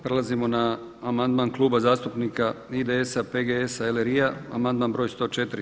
Prelazimo na amandman Kluba zastupnika IDS-a, PGS-a, LRI amandman broj 104.